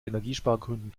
energiespargründen